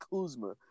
Kuzma